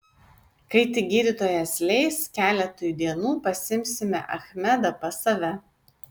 kai tik gydytojas leis keletui dienų pasiimsime achmedą pas save